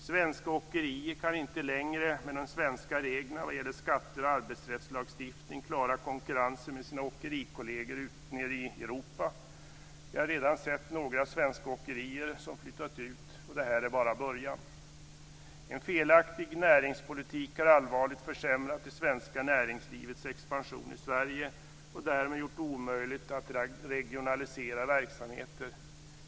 Svenska åkerier kan inte längre, med de svenska reglerna vad gäller skatter och arbetsrättslagstiftning, klara konkurrensen med sina åkerikolleger nere i Europa. Vi har redan sett några svenska åkerier som flyttat ut, och detta är bara början. En felaktig näringspolitik har allvarligt försämrat det svenska näringslivets expansion i Sverige och därmed gjort det omöjligt att regionalisera verksamheter.